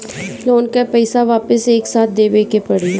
Loan का पईसा वापिस एक साथ देबेके पड़ी?